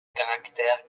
caractères